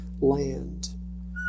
land